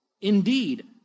Indeed